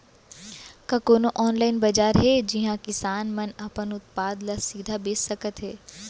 का कोनो अनलाइन बाजार हे जिहा किसान मन अपन उत्पाद ला सीधा बेच सकत हे?